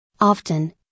Often